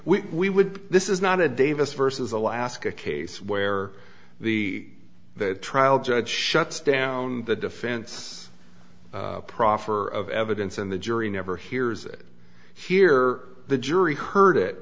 we would this is not a davis versus alaska case where the trial judge shuts down the defense proffer of evidence and the jury never hears it here the jury heard it